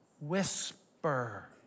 whisper